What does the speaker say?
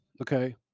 okay